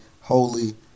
holy